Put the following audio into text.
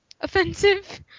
Offensive